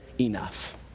enough